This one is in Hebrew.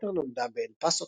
זהטנר נולדה באל פאסו,